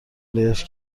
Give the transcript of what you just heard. لهش